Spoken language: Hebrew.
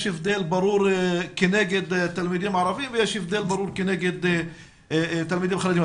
יש הבדל ברור כנגד תלמידים ערבים ויש הבדל ברור כנגד תלמידים חרדים.